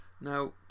Now